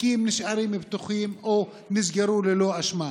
התיקים נשארו פתוחים או נסגרו ללא אשמה.